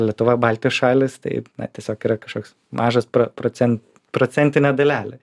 lietuva baltijos šalys taip tiesiog yra kažkoks mažas procen procentine dalelė